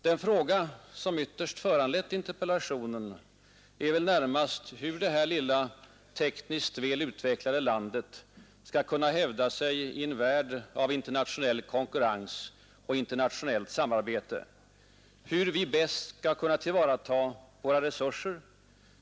Den fråga som ytterst föranlett interpellationen är väl hur vårt lilla, tekniskt väl utvecklade land skall kunna hävda sig i en värld av internationell konkurrens och internationellt samarbete. Hur vi bäst skall kunna tillvarata våra resurser.